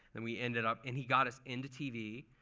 and we ended up and he got us into tv.